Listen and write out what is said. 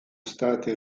state